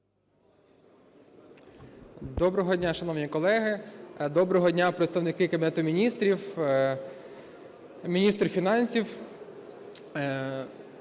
Доброго дня, шановні колеги! Доброго дня представники Кабінету Міністрів! Міністр фінансів!